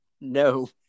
no